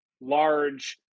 large